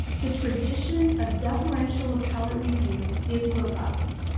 the tradition of deferential appellate review is robust,